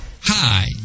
Hi